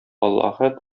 аллаһы